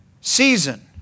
Season